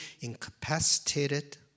incapacitated